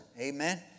amen